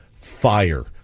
fire